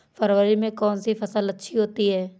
फरवरी में कौन सी फ़सल अच्छी होती है?